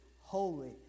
Holy